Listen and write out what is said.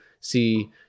see